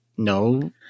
No